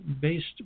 based